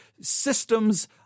systems